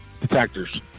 detectors